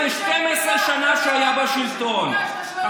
השעה עכשיו בשווייץ היא השעה 16:00, נכון?